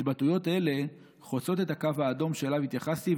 התבטאויות אלה חוצות את הקו האדום שאליו התייחסתי,